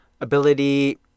ability